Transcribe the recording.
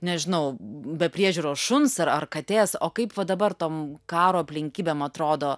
nežinau be priežiūros šuns ar ar katės o kaip va dabar tom karo aplinkybėm atrodo